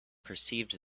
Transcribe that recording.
perceived